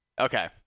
okay